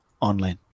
online